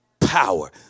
power